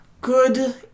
Good